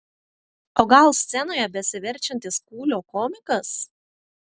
o gal scenoje besiverčiantis kūlio komikas